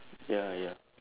ya ya